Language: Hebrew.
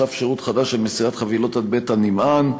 הוסף שירות חדש של מסירת חבילות עד בית הנמען,